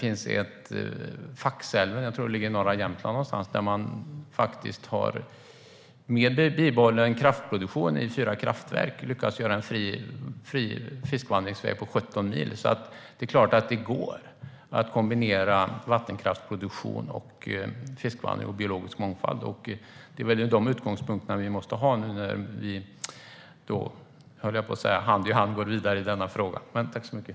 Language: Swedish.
I Faxälven - någonstans i norra Jämtland, tror jag - har man med bibehållen kraftproduktion i fyra kraftverk lyckats skapa en fri fiskvandringsväg på 17 mil. Det är klart att det går att kombinera vattenkraftsproduktion med fiskvandring och biologisk mångfald. Det är väl de utgångspunkterna vi måste ha när vi nu går vidare i denna fråga - hand i hand höll jag på att säga.